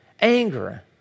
Anger